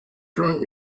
drunk